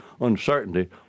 uncertainty